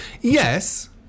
Yes